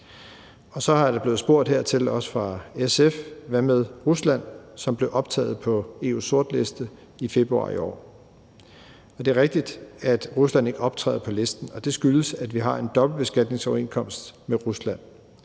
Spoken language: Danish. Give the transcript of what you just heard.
Så er der blevet spurgt hertil, også fra SF's side: Hvad med Rusland, som blev optaget på EU's sortliste i februar i år? Og det er rigtigt, at Rusland ikke optræder på listen, og det skyldes, at vi har en dobbeltbeskatningsoverenskomst med Rusland,